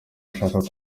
ashaka